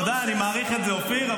תודה, אני מעריך את זה, אופיר.